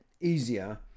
easier